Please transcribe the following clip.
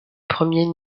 premier